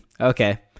okay